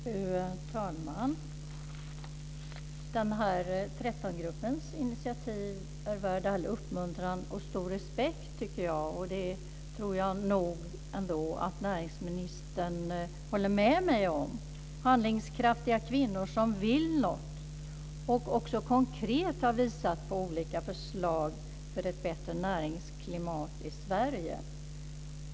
Fru talman! Jag tycker att 13-gruppens initiativ är värt all uppmuntran och stor respekt. Det tror jag nog ändå att näringsministern håller med mig om. Det är handlingskraftiga kvinnor som vill något och som också konkret har visat på olika förslag för ett bättre näringsklimat i Sverige.